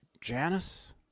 Janice